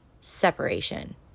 separation